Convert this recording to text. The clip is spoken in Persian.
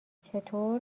چطور